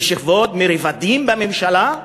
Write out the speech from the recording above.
משכבות, מרבדים במדינה,